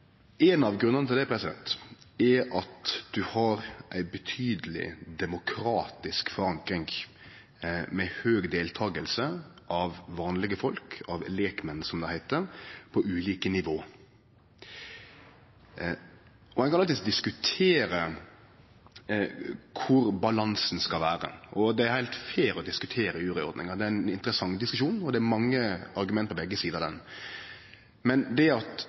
Ein av grunnane til det er at ein har ei betydeleg demokratisk forankring, med høg deltaking av vanlege folk – lekmenn, som det heiter – på ulike nivå. Ein kan alltids diskutere kor balansen skal vere, og det er heilt fair å diskutere juryordninga. Det er ein interessant diskusjon, det er mange argument på begge sider i den saka. Men at det